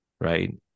right